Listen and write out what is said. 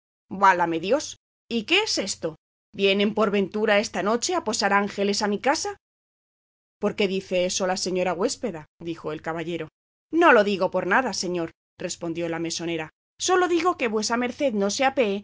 válame dios y qué es esto vienen por ventura esta noche a posar ángeles a mi casa por qué dice eso la señora huéspeda dijo el caballero no lo digo por nada señor respondió la mesonera sólo digo que vuesa merced no se apee